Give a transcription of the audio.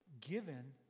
given